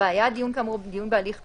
(4)היה הדיון כאמור דיון בהליך פלילי,